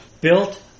built